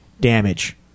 damage